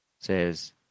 says